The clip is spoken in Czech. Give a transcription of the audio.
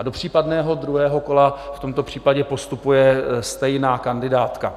Do případného druhého kola v tomto případě postupuje stejná kandidátka.